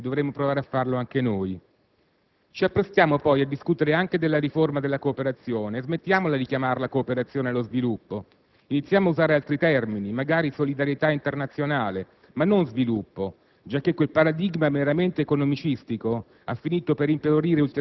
Anche quell'approccio però non basta più. La questione centrale è riportare democrazia ed equità nelle trattative sulla cancellazione del debito, pensare nuovi modelli partecipati, accrescere il ruolo dei Parlamenti, riconoscere che esistono debiti illegittimi ed odiosi che i popoli hanno diritto di non pagare.